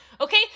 okay